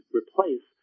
replace